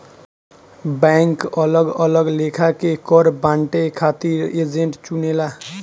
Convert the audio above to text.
bank अलग अलग लेखा के कर बांटे खातिर एजेंट चुनेला